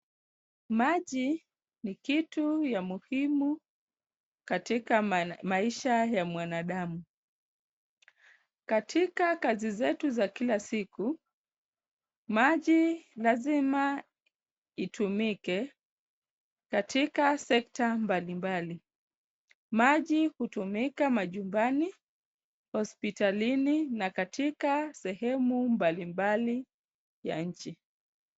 Maji ni kitu ya muhimu katika maisha ya mwanadamu. Katika kazi zetu za kila siku, maji lazima itumike katika sekta mbalimbali. Maji hutumika majumbani, hospitalini na katika sehemu mbalimbali ya nchi.